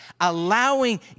allowing